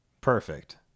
Perfect